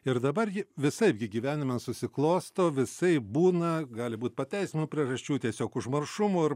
ir dabar ji visaip gi gyvenime susiklosto visaip būna gali būt pateisinamų priežasčių tiesiog užmaršumo ir